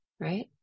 right